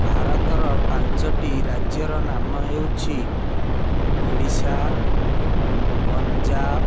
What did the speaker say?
ଭାରତର ପାଞ୍ଚଟି ରାଜ୍ୟର ନାମ ହେଉଛି ଓଡ଼ିଶା ପଞ୍ଜାବ